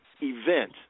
event